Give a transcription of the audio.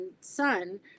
son